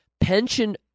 pension